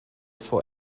vor